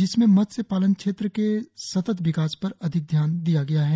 जिसमें मत्स्य पालन क्षेत्र के सतत विकास पर अधिक ध्यान दिया गया है